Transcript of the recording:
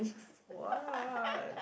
what